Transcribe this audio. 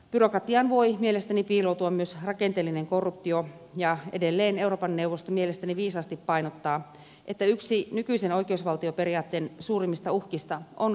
byrokratiaan voi mielestäni piiloutua myös rakenteellinen korruptio ja edelleen euroopan neuvosto mielestäni viisaasti painottaa että yksi nykyisen oikeusvaltioperiaatteen suurimmista uhkista on korruptio